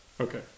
Okay